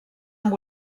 amb